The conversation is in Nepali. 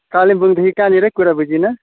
कालिम्पोङदेखि कहाँनिर कुरा बुझिनँ